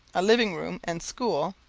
a living-room and school,